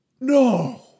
no